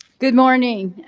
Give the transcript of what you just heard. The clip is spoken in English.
good morning.